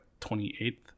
28th